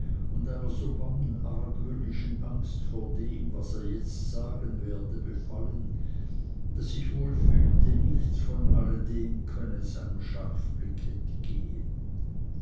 und einer so bangen argwöhnischen angst vor dem was er jetzt sagen werde befallen daß ich wohl fühlte nichts von alledem könne seinem scharfblick entgehen